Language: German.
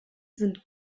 sind